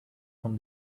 from